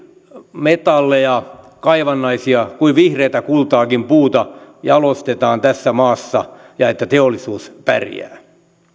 metalleja kaivannaisia kuin vihreätä kultaakin puuta jalostetaan tässä maassa ja että teollisuus pärjää